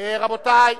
רבותי,